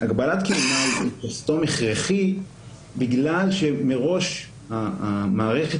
הגבלת כהונה היא שסתום הכרחי בגלל שמראש המערכת